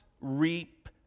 reap